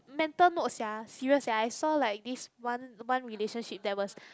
mental note sia serious sia I saw like this one one relationship that was